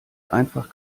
einfach